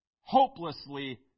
hopelessly